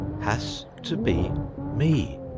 has to be me,